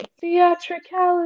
Theatricality